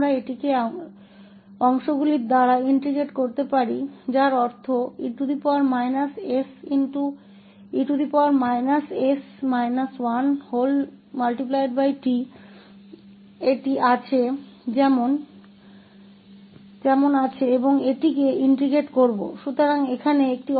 और अब हम इसे भागों द्वारा इंटेग्रटिंग कर सकते हैं जिसका अर्थ है कि e tजैसा है वैसा ही है और हम इसे इंटेग्रटिंग करेंगे